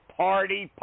party